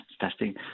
testing